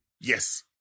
Yes